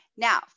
Now